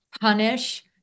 punish